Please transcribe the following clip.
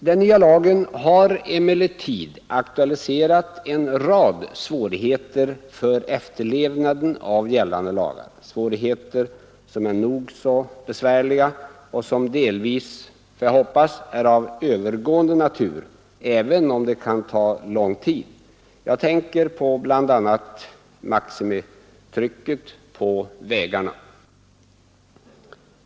Den nya lagen har emellertid aktualiserat en rad svårigheter för efterlevnaden av gällande lagar, svårigheter som är nog så besvärliga och som delvis — får man hoppas — är av övergående natur, även om det kan ta lång tid. Jag tänker bl.a. på maximitrycken på vägarna.